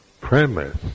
premise